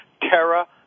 terra